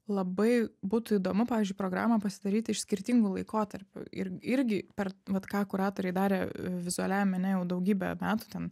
labai būtų įdomu pavyzdžiui programą pasidaryti iš skirtingų laikotarpių ir irgi per vat ką kuratoriai darė vizualiajam mene jau daugybę metų ten